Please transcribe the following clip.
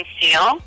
Steel